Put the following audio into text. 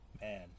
Man